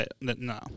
no